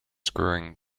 screwing